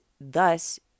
thus